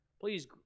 Please